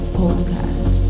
podcast